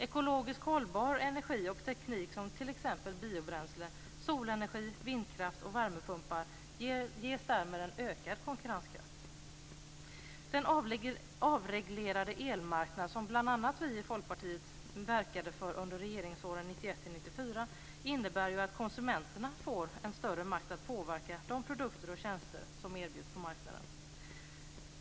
Ekologiskt hållbar energi och teknik som t.ex. biobränsle, solenergi, vindkraft och värmepumpar ges därmed en ökad konkurrenskraft. Den avreglerade elmarknad som bl.a. vi i Folkpartiet verkade för under regeringsåren 1991-1994 innebär att konsumenterna får en större makt att påverka de produkter och tjänster som erbjuds på marknaden.